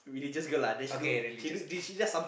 okay religious